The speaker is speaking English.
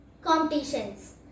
competitions